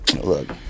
Look